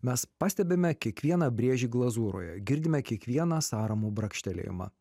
mes pastebime kiekvieną brėžį glazūroje girdime kiekvieną sąramų brakštelėjimą